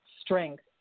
strength